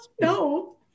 No